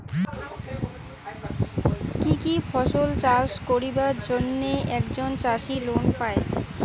কি কি ফসল চাষ করিবার জন্যে একজন চাষী লোন পায়?